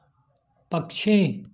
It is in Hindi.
पक्षी